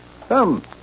Come